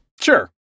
Sure